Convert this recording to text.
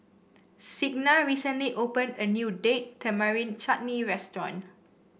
Signa recently opened a new Date Tamarind Chutney Restaurant